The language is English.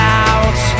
out